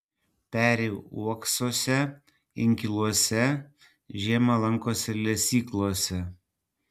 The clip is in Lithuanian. peri uoksuose inkiluose žiemą lankosi lesyklose